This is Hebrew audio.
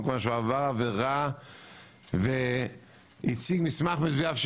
בגלל שהוא עבר עבירה והציג מסמך מזויף,